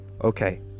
Okay